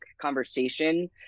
conversation